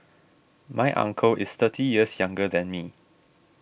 my uncle is thirty years younger than me